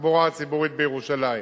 בתחבורה הציבורית בירושלים.